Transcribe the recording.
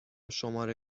شماره